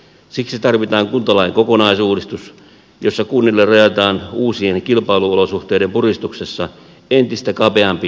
siksi tarvitaan kuntalain kokonaisuudistus jossa kunnille rajataan uusien kilpailuolosuhteiden puristuksessa entistä kapeampi liikkumatila